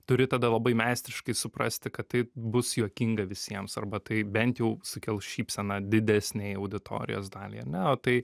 turi tada labai meistriškai suprasti kad tai bus juokinga visiems arba tai bent jau sukels šypseną didesnei auditorijos daliai ar ne o tai